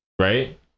Right